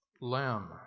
Lamb